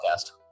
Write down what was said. podcast